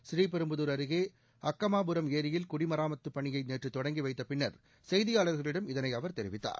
ஸ்ரீபெரும்புதூர் அருகே அக்கமாபுரம் ஏரியில் குடிமராமத்து பணியை நேற்று தொடங்கி வைத்த பின்னர் செய்தியாளர்களிடம் இதனை அவர் தெரிவித்தார்